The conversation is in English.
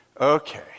okay